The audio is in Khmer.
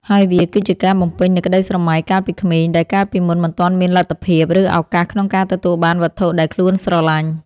ហើយវាគឺជាការបំពេញនូវក្ដីស្រមៃកាលពីក្មេង ដែលកាលពីមុនមិនទាន់មានលទ្ធភាព ឬឱកាសក្នុងការទទួលបានវត្ថុដែលខ្លួនស្រឡាញ់។